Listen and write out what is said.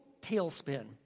tailspin